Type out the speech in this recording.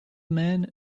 man